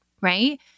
right